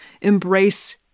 embrace